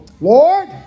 Lord